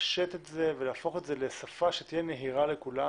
לפשט את זה ולהפוך את זה לשפה שתהיה נהירה לכולם.